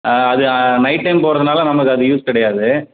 அது night time போகிறதுனால நமக்கு அது யூஸ் கிடையாது